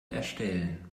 erstellen